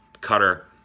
cutter